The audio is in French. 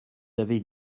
avez